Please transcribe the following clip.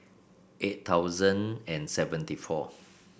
eight thousand and seventy four